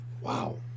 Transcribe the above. wow